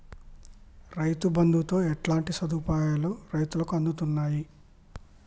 రైతు బంధుతో ఎట్లాంటి సదుపాయాలు రైతులకి అందుతయి?